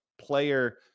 player